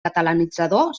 catalanitzador